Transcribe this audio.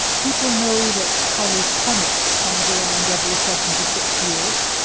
people know that halley's comet comes around every seventy six years,